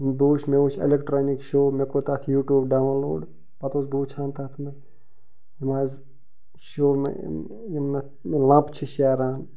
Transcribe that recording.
بیٚیہِ وٕچھ مےٚ وٕچھ ایٚلیکٹرانِک شو مےٚ کوٚر تتھ یوٗٹیوٗب ڈاوُن لوڈ پتہٕ اوس بہٕ وٕچھان تتھ منٛز یہِ حظ لپ چھِ شیران